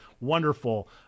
wonderful